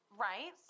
Right